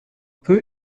peu